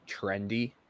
trendy